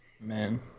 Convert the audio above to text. Man